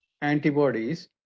antibodies